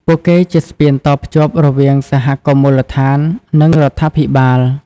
ពួកគេជាស្ពានតភ្ជាប់រវាងសហគមន៍មូលដ្ឋាន និងរដ្ឋាភិបាល។